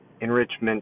enrichment